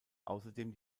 außerdem